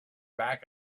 back